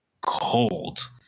cold